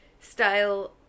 style